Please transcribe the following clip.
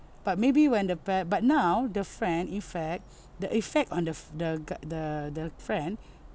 but maybe when the parent but now the friend in fact the effect on the f~ the guy the the friend